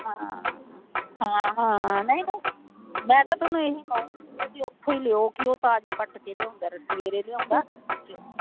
ਹਾਂ ਹਾਂ ਹਾਂ ਨਹੀਂ ਨਹੀਂ ਮੈਂ ਤਾਂ ਤੁਹਾਨੂੰ ਇਹੀ ਕਹੂੰਗੀ ਤੁਸੀਂ ਉਥੋਂ ਹੀ ਲਿਓ ਕਿ ਉਹ ਤਾਜ਼ੀ ਪੱਟ ਕੇ ਲਿਆਉਂਦਾ ਸਵੇਰੇ ਲਿਆਉਂਦਾ